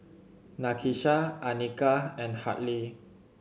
Nakisha Anika and Hartley